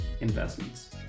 investments